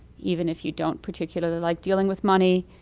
even if you don't particularly like dealing with money,